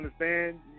understand